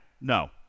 no